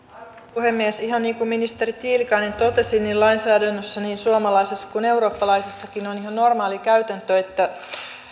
puhemies ihan niin kuin ministeri tiilikainen totesi lainsäädännössä niin suomalaisessa kuin eurooppalaisessakin on ihan normaali käytäntö että